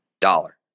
dollar